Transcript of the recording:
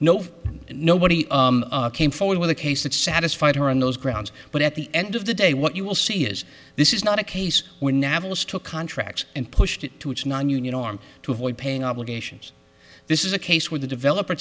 no nobody came forward with a case that satisfied her on those grounds but at the end of the day what you will see is this is not a case where nablus took contracts and pushed it to its nonunion arm to avoid paying obligations this is a case where the developer